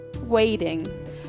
waiting